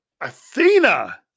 Athena